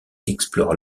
explore